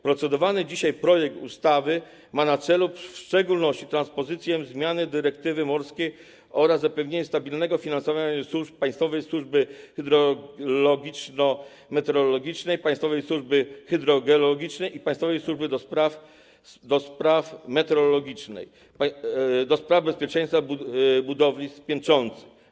Procedowany dzisiaj projekt ustawy ma na celu w szczególności transpozycję zmiany dyrektywy morskiej oraz zapewnienie stabilnego finansowania służb: państwowej służby hydrologiczno-meteorologicznej, państwowej służby hydrogeologicznej i państwowej służby do spraw bezpieczeństwa budowli piętrzących.